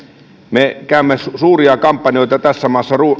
me käymme suuria kampanjoita tässä maassa